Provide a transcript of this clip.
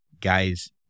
guys